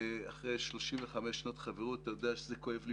ואחרי 35 שנות חברות אתה יודע שכואב לי